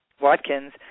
Watkins